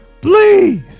please